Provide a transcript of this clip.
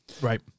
Right